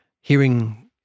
hearing